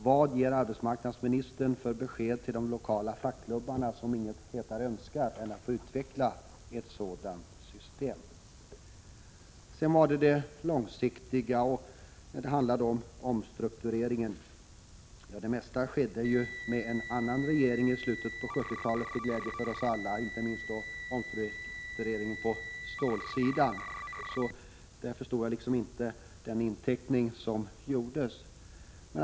Vad ger arbetsmarknadsministern för besked till de lokala fackklubbarna, som inget hetare önskar än att få utveckla ett sådant system? Sedan har vi den långsiktiga aspekten. Det handlar då om omstruktureringen. Det mesta skedde ju under en annan regering i slutet av 70-talet till glädje för oss alla, inte minst omstruktureringen på stålsidan. Därför förstår jag inte det försök till inteckning som gjordes.